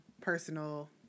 personal